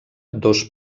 dos